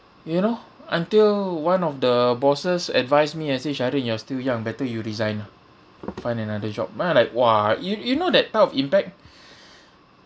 you know until one of the bosses advise me and say shahrin you are still young better you resign ah find another job then I'm like !wah! you you know that type of impact